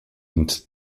und